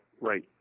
right